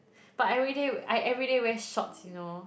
but everyday I everyday wear shorts you know